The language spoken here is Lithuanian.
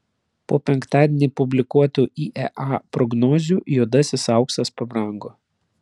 po penktadienį publikuotų iea prognozių juodasis auksas pabrango